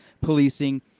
policing